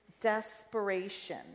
desperation